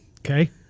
Okay